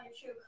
true